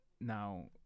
Now